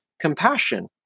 compassion